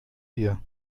ihr